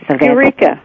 Eureka